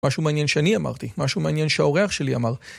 משהו מעניין שאני אמרתי, משהו מעניין שהאורח שלי אמר.